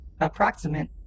approximate